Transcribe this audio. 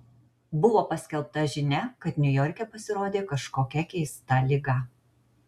buvo paskelbta žinia kad niujorke pasirodė kažkokia keista liga